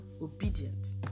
obedient